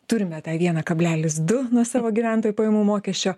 turime tą vienas kablelis du nuo savo gyventojų pajamų mokesčio